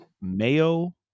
Mayo